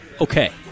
okay